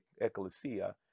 Ecclesia